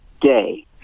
day